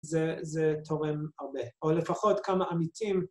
‫זה, זה תורם הרבה, ‫או לפחות כמה עמיתים.